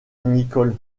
nicholl